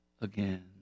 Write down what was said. again